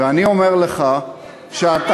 ואני אומר לך שאתה,